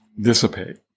dissipate